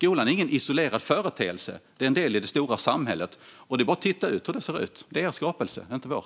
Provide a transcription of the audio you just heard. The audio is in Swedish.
Skolan är ingen isolerad företeelse. Den är en del av det stora samhället. Det är bara att titta ut på hur det ser ut. Det är er skapelse, inte vår.